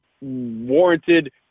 warranted